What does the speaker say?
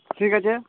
ঠিক আছে